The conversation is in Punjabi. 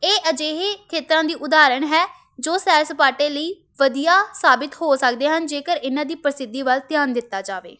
ਇਹ ਅਜਿਹੇ ਖੇਤਰਾਂ ਦੀ ਉਦਾਹਰਣ ਹੈ ਜੋ ਸੈਰ ਸਪਾਟੇ ਲਈ ਵਧੀਆ ਸਾਬਿਤ ਹੋ ਸਕਦੇ ਹਨ ਜੇਕਰ ਇਹਨਾਂ ਦੀ ਪ੍ਰਸਿੱਧੀ ਵੱਲ ਧਿਆਨ ਦਿੱਤਾ ਜਾਵੇ